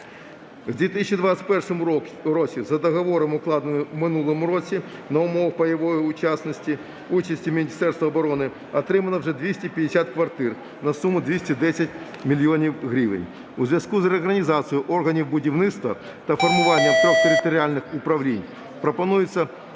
В 2021 році за договором, укладеним в минулому році на умовах пайової участі Міністерства оборони, отримано вже 250 квартир, на суму 210 мільйонів гривень. У зв'язку з реорганізацією органів будівництва та формування трьох територіальних управлінь пропонується